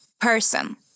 person